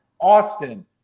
Austin